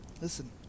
Listen